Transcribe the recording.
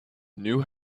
knew